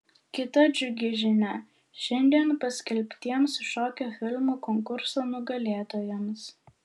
kita džiugi žinia šiandien paskelbtiems šokio filmų konkurso nugalėtojams